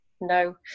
no